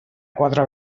quatre